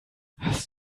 hast